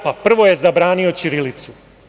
Pa, prvo je zabranio ćirilicu.